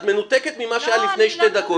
את מנותקת ממה שהיה לפני שתי דקות --- בסדר גמור.